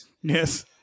Yes